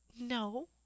No